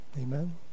Amen